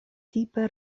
tipe